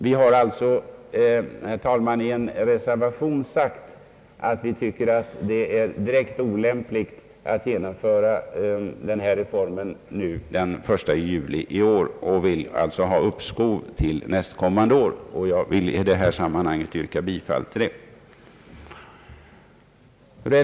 Vi har, herr talman, i vår reservation sagt att vi tycker att det är direkt olämpligt att genomföra reformen redan den 1 juli i år, och vi vill ha uppskov till nästkommande år. Jag yrkar, herr talman, bifall till detta förslag.